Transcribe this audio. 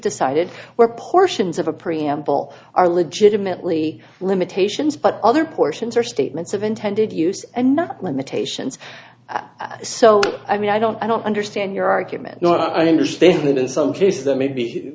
decided where portions of a preamble are legitimately limitations but other portions are statements of intended use and not limitations so i mean i don't i don't understand your argument not i understand that in some cases that may be